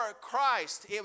Christ